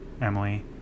emily